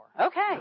Okay